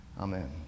Amen